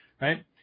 right